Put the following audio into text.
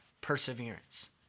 perseverance